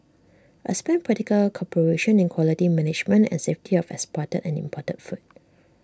expand practical cooperation in quality management and safety of exported and imported food